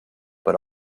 but